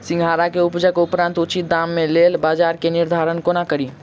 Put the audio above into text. सिंघाड़ा केँ उपजक उपरांत उचित दाम केँ लेल बजार केँ निर्धारण कोना कड़ी?